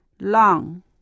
Long